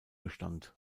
bestand